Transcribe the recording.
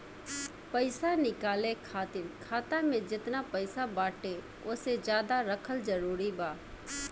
पईसा निकाले खातिर खाता मे जेतना पईसा बाटे ओसे ज्यादा रखल जरूरी बा?